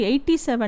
87%